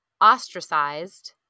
ostracized